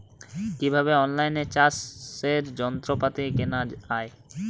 কিভাবে অন লাইনে চাষের যন্ত্রপাতি কেনা য়ায়?